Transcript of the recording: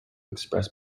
express